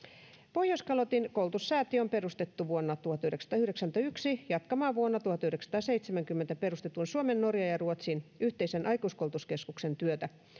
pohjoiskalotin koulutussäätiö on perustettu vuonna tuhatyhdeksänsataayhdeksänkymmentäyksi jatkamaan vuonna tuhatyhdeksänsataaseitsemänkymmentä perustetun suomen norjan ja ruotsin yhteisen aikuiskoulutuskeskuksen työtä